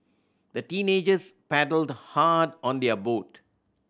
the teenagers paddled hard on their boat